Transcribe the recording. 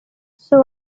sus